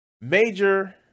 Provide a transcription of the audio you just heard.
Major